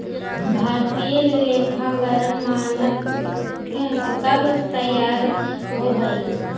भारतीय लेखांकन मानक कब तईयार होब हई?